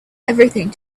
everything